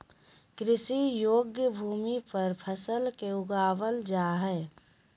कृषि योग्य भूमि पर फसल के उगाबल जा हइ